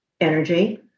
energy